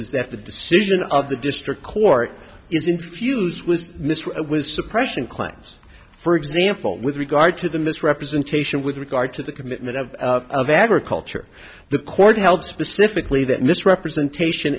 is that the decision of the district court is infused with this with suppression claims for example with regard to the misrepresentation with regard to the commitment of of agriculture the court held specifically that misrepresentation